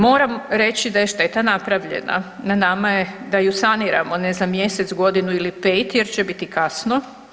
Moram reći da je šteta napravljena, na nama je da ju saniramo, ne za mjesec, godinu ili pet jer će biti kasno.